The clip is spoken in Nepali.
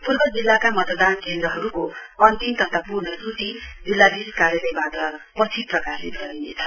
पूर्व जिल्लाका मतदान केन्द्रहरुको अन्तिम तथा पूर्ण सुची जिल्लाधीश कार्यालयवाट पछि प्रकाशित गरिनेछ